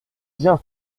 bien